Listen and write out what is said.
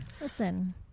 listen